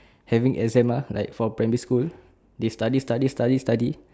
having exam ah like for primary school they study study study study